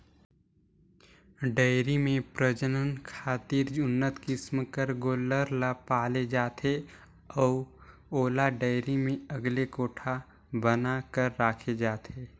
dairy में प्रजनन खातिर उन्नत किसम कर गोल्लर ल पाले जाथे अउ ओला डेयरी में अलगे कोठा बना कर राखे जाथे